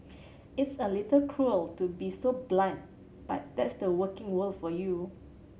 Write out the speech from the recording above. it's a little cruel to be so blunt but that's the working world for you